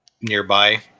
nearby